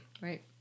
Right